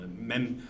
même